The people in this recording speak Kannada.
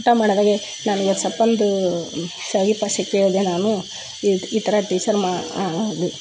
ಊಟ ಮಾಡ್ದಾಗೆ ನಾನು ಇವತ್ತು ಸಪ್ಪಂದೂ ಶಾವ್ಗೆ ಪಾಯಸ ಕೇಳಿದೆ ನಾನು ಈ ಈ ಥರ ಟೀಚರ್ ಮಾ ಅದು